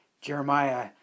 Jeremiah